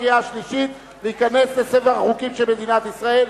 שלישית, וייכנס לספר החוקים של מדינת ישראל.